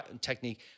technique